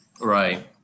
Right